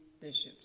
bishops